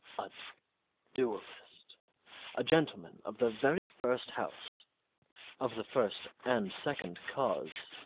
a duellist a gentleman of the very first house of the first and second cause